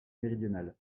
méridionale